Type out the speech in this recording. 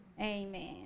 Amen